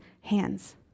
hands